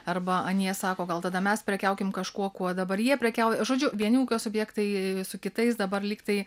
arba anie sako gal tada mes prekiaukim kažkuo kuo dabar jie prekiauja žodžiu vieni ūkio subjektai su kitais dabar lyg tai